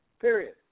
Period